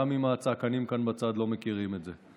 גם אם הצעקנים כאן בצד לא מכירים את זה.